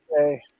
Okay